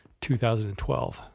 2012